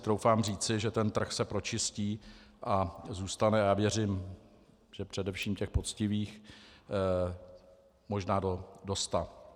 Troufám říci, že trh se pročistí a zůstane, já věřím že především těch poctivých, možná do sta.